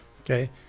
Okay